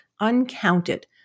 Uncounted